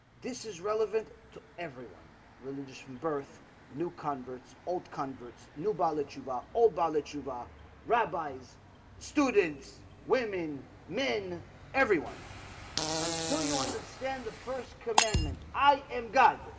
this is relevant to everyone religious from birth new converts old converts new ballet chava oh ballet chava rabbis students women men everyone until you understand the first commandant, i am god